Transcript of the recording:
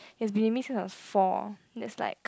has been with me since I was four that's like